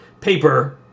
paper